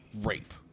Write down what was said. rape